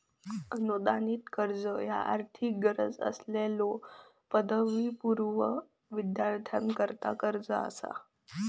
अनुदानित कर्ज ह्या आर्थिक गरज असलेल्यो पदवीपूर्व विद्यार्थ्यांकरता कर्जा असतत